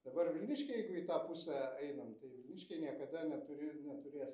dabar vilniškiai jeigu į tą pusę einam tai vilniškiai niekada neturi ir neturės